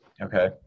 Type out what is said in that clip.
Okay